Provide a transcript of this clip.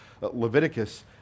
Leviticus